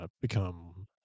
Become